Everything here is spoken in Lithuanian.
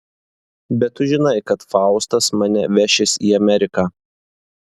bet tu žinai kad faustas mane vešis į ameriką